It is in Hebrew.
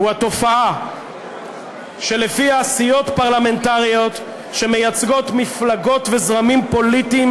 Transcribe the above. הוא התופעה שלפיה סיעות פרלמנטריות שמייצגות מפלגות וזרמים פוליטיים